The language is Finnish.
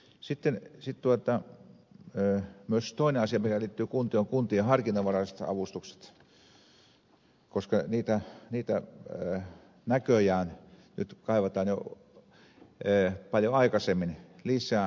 sitten myös toinen asia mikä liittyy kuntiin on kuntien harkinnanvaraiset avustukset koska niitä näköjään nyt kaivataan jo paljon aikaisemmin lisää